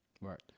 Right